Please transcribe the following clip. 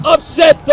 Upset